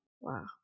Wow